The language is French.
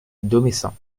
domessin